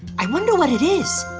i wonder what it is.